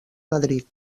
madrid